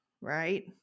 right